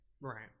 Right